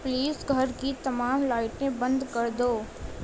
please گھر کی تمام لائٹیں بند کر دو